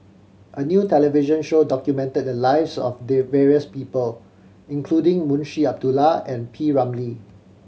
a new television show documented the lives of the various people including Munshi Abdullah and P Ramlee